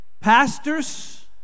Pastors